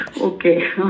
Okay